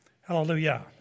Hallelujah